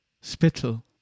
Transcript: spittle